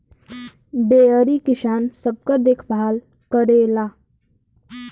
dairy किसान सबकर देखभाल करेला